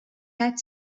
had